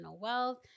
wealth